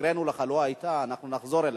שקראנו לך ולא היית, אנחנו נחזור אליך.